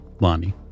Lonnie